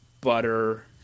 butter